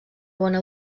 bona